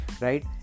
right